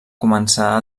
començar